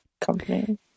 company